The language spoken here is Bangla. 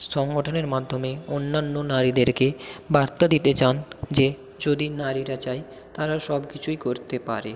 সংগঠনের মাধ্যমে অন্যান্য নারীদেরকে বার্তা দিতে চান যে যদি নারীরা চায় তারা সব কিছুই করতে পারে